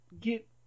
get